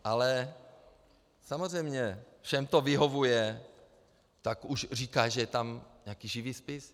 Ale samozřejmě, všem to vyhovuje, tak už říká, že je tam nějaký živý spis.